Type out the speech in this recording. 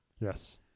Yes